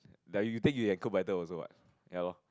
that you think you can cope better also what ya lor